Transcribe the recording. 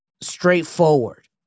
straightforward